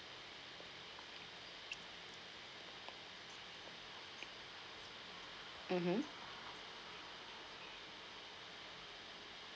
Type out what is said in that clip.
mmhmm